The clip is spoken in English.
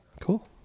cool